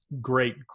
great